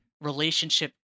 relationship